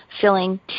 filling